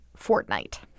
Fortnite